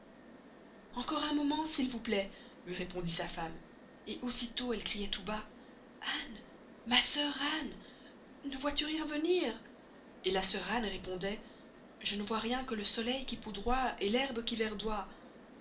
encore un moment s'il vous plaist lui répondoit sa femme et aussi tost elle crioit tout bas anne ma sœur anne ne vois-tu rien venir et la sœur anne répondoit je ne vois rien que le soleil qui poudroye et l'herbe qui verdoye descens